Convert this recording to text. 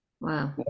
Wow